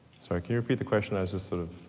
sorry, can you repeat the question? i was just sort of